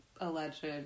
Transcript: alleged